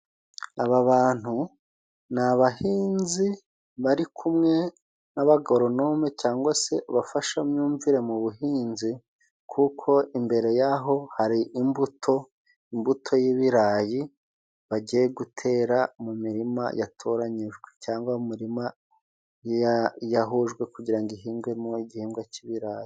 Aba bantu ni abahinzi bari kumwe n'abagoronome cyangwa se abafashamyumvire mu buhinzi kuko imbere yaho hari imbuto, imbuto y'ibirayi bagiye gutera mu mirima yatoranyijwe cyangwa mu mirima yahujwe kugira ngo ihingwemo igihingwa cy'ibirayi.